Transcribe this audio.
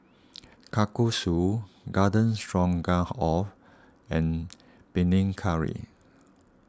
Kalguksu Garden Stroganoff and Panang Curry